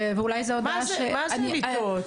ואולי זו הודעה --- מה זה לטעות?